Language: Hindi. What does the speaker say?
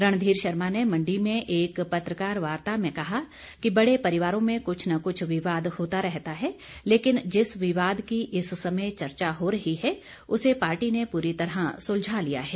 रणधीर शर्मा ने मण्डी में एक पत्रकार वार्ता में कहा कि बड़े परिवारों में कुछ न कुछ विवाद होता रहता है लेकिन जिस विवाद की इस समय चर्चा हो रही है उसे पार्टी ने पूरी तरह सुलझा लिया है